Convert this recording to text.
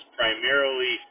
primarily